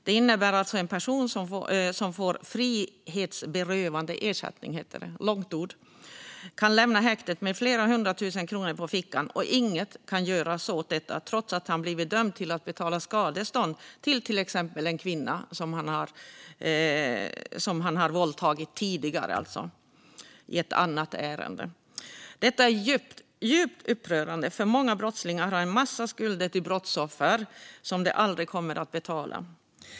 Detta innebär att en person som får frihetsberövandeersättning kan lämna häktet med flera hundra tusen kronor på fickan. Inget kan göras åt detta, trots att personen har blivit dömd att betala skadestånd till exempelvis en kvinna som han har våldtagit tidigare, i ett annat ärende. Det här är djupt upprörande. Många brottslingar har en massa skulder till brottsoffer som de aldrig kommer att betala.